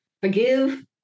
forgive